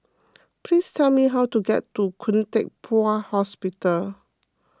please tell me how to get to Khoo Teck Puat Hospital